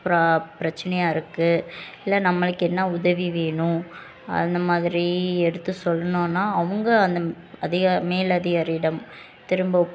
பிரா பிரச்சினையா இருக்குது இல்லை நம்மளுக்கு என்ன உதவி வேணும் அந்த மாதிரி எடுத்து சொன்னோன்னால் அவங்க அந்த அதிக மேல் அதிகாரி இடம் திரும்ப